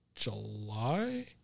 July